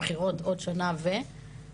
בבחירות עוד שנה וקצת,